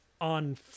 On